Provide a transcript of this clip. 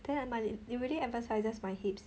then I might it really emphasizes my hips